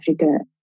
Africa